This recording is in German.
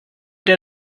der